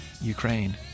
Ukraine